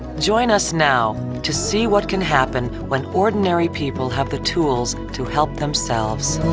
join us now to see what can happen when ordinary people have the tools to help themselves.